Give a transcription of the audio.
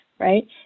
Right